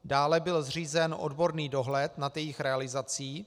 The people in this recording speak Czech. Dále byl zřízen odborný dohled nad jejich realizací.